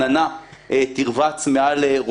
אם העד הראשי נעלם, עצם זה שהוא נעלם, אין להם עד